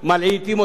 אין בעיה.